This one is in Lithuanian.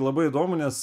labai įdomu nes